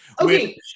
okay